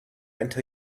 until